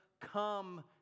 come